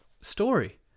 story